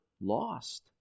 lost